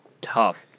tough